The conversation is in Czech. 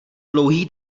dlouhý